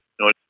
No